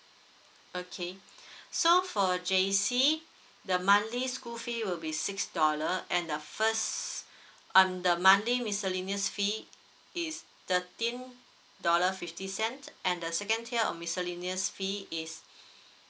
okay so for J_C the monthly school fee will be six dollar and the first um the money miscellaneous fee is thirteen dollar fifty cents and the second tier of miscellaneous fee is